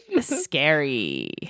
Scary